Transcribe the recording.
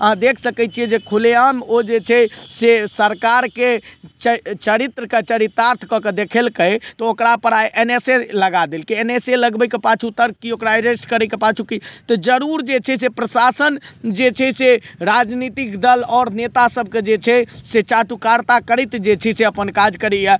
अहाँ देख सकय छियै जे खुलेआम ओ जे छै से सरकारके च चरित्रके चरितार्थ कऽके देखेलकइ तऽ ओकरापर आइ एन एस ए लगा देलकइ एन एस ए लगबैके पाछू तर्क कि ओकरा अरेस्ट करयके पाछू कि तऽ जरूर जे छै से प्रशासन जे छै से राजनीतिक दल आओर नेता सबके जे छै से चाटुकारिता करैत जे छै से अपन काज करइए